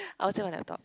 I would say my laptop